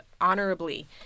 honorably